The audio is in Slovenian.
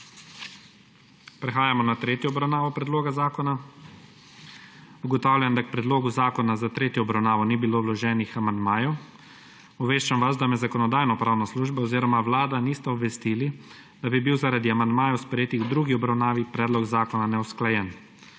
Prehajamo na **tretjo obravnavo** predloga zakona. Ugotavljam, da k predlogu zakona za tretjo obravnavo ni bilo vloženih amandmajev. Obveščam vas, da me Zakonodajno-pravna služba oziroma Vlada nista obvestili, da bi bil zaradi amandmajev, sprejetih v drugi obravnavi, predlog zakona neusklajen.